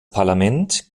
parlament